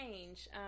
change